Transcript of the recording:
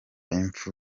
impfu